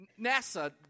NASA